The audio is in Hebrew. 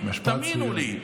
תאמינו לי.